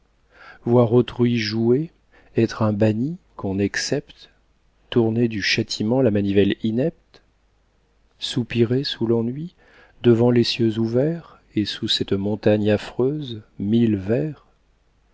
voir autrui jouer être un banni qu'on excepte tourner du châtiment la manivelle inepte soupirer sous l'ennui devant les cieux ouverts et sous cette montagne affreuse mille vers